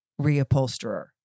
reupholsterer